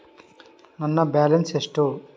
ನನ್ನ ಬ್ಯಾಲೆನ್ಸ್ ಎಷ್ಟು?